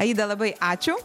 aida labai ačiū